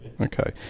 Okay